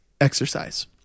exercise